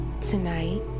Tonight